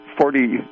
Forty